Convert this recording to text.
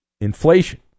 Inflation